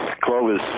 Clovis